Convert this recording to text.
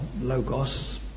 logos